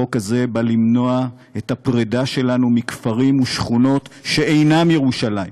החוק הזה נועד למנוע את הפרידה שלנו מכפרים ומשכונות שאינם ירושלים.